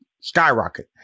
skyrocket